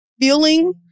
feeling